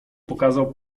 pokazał